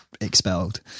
expelled